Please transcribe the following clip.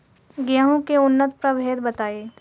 गेंहू के उन्नत प्रभेद बताई?